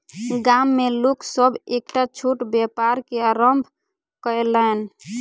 गाम में लोक सभ एकटा छोट व्यापार के आरम्भ कयलैन